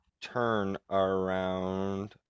Turnaround